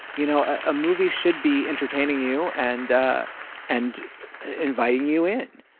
you know a movie should be entertaining you and and inviting you in.